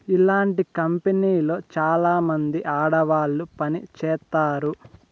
ఇలాంటి కంపెనీలో చాలామంది ఆడవాళ్లు పని చేత్తారు